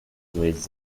with